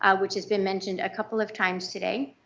ah which has been mentioned a couple of times today.